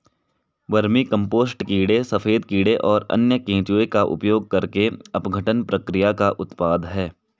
vermicompost कीड़े सफेद कीड़े और अन्य केंचुए का उपयोग करके अपघटन प्रक्रिया का उत्पाद है